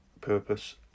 purpose